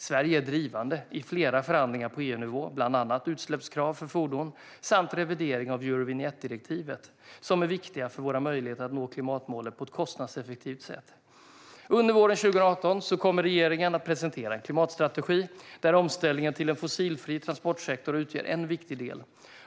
Sverige är drivande i flera förhandlingar på EU-nivå, bland annat utsläppskrav för fordon samt revidering av Eurovinjettdirektivet, som är viktiga för våra möjligheter att nå klimatmålen på ett kostnadseffektivt sätt. Under våren 2018 kommer regeringen att presentera en klimatstrategi, där omställningen till en fossilfri transportsektor utgör en viktig del.